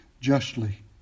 justly